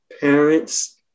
parents